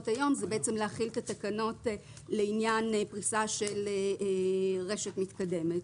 היום שהוא בעצם להחיל את התקנות לעניין פריסה של רשת מתקדמת.